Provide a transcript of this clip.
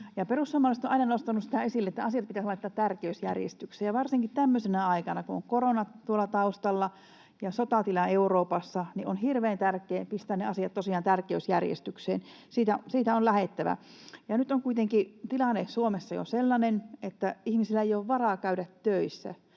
perussuomalaiset ovat aina nostaneet sitä esille, että asiat pitäisi laittaa tärkeysjärjestykseen, ja varsinkin tämmöisenä aikana, kun on korona tuolla taustalla ja sotatila Euroopassa, on hirveän tärkeää pistää ne asiat tosiaan tärkeysjärjestykseen. Siitä on lähdettävä. Nyt on kuitenkin tilanne Suomessa jo sellainen, että ihmisillä ei ole varaa käydä töissä.